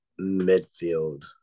midfield